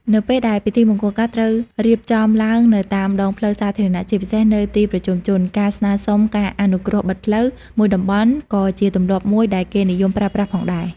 នៅពេលដែលពិធីមង្គលការត្រូវរៀបចំឡើងនៅតាមដងផ្លូវសាធារណៈ ជាពិសេសនៅទីប្រជុំជន ការ ស្នើសុំការអនុគ្រោះបិទផ្លូវ មួយតំបន់ក៏ជាទម្លាប់មួយដែលគេនិយមប្រើប្រាស់ផងដែរ។